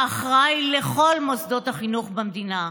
האחראי לכל מוסדות החינוך במדינה.